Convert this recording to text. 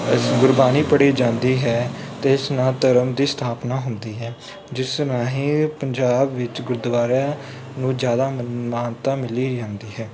ਇਸ ਗੁਰਬਾਣੀ ਪੜ੍ਹੀ ਜਾਂਦੀ ਹੈ ਅਤੇ ਇਸ ਨਾਲ ਧਰਮ ਦੀ ਸਥਾਪਨਾ ਹੁੰਦੀ ਹੈ ਜਿਸ ਰਾਹੀਂ ਪੰਜਾਬ ਵਿੱਚ ਗੁਰਦੁਆਰਿਆਂ ਨੂੰ ਜ਼ਿਆਦਾ ਮ ਮਾਨਤਾ ਮਿਲੀ ਜਾਂਦੀ ਹੈ